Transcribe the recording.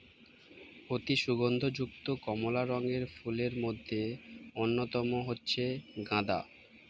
অতি সুগন্ধ যুক্ত কমলা রঙের ফুলের মধ্যে অন্যতম হচ্ছে গাঁদা